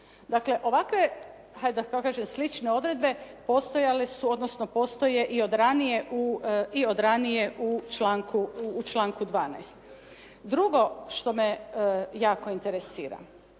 Dakle, ovakve hajde da kažem slične odredbe, postojale su, odnosno postojale su i od ranije u i od ranije u članku 12. Drugo što me jako interesira.